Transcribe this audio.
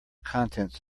contents